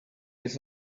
his